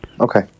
okay